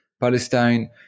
Palestine